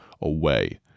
away